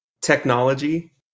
technology